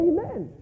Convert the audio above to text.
Amen